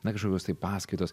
na kažkokios tai paskaitos